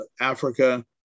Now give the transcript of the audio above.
Africa